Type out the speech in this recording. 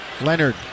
Leonard